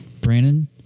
Brandon